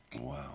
Wow